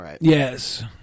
Yes